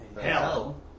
Hell